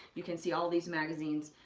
you can see, all these magazines